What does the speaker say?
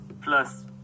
plus